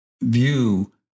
view